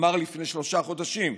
אמר לפני שלושה חודשים.